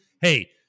hey